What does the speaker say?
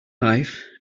life